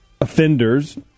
offenders